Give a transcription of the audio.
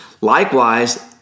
Likewise